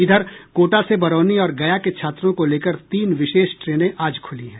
इधर कोटा से बरौनी और गया के छात्रों को लेकर तीन विशेष ट्रेनें आज खुली हैं